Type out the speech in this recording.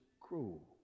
cruel